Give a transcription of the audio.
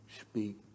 speak